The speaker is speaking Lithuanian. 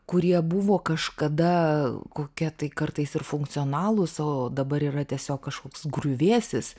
kurie buvo kažkada kokie tai kartais ir funkcionalūs o dabar yra tiesiog kažkoks griuvėsis